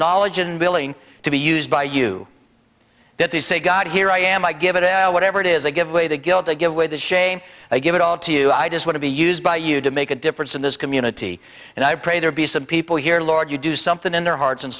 knowledge and billing to be used by you that they say god here i am i give it al whatever it is they give away the guilt they give away the shame i give it all to you i just want to be used by you to make a difference in this community and i pray there be some people here lord you do something in their hearts